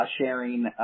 sharing